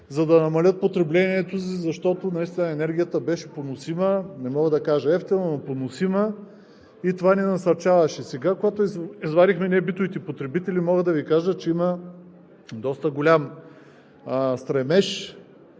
за да намалят потреблението си, защото наистина енергията беше поносима, не мога да кажа евтина, но поносима и това ни насърчаваше. Сега, когато извадихме небитовите потребители, мога да Ви кажа, че има доста голям стремеж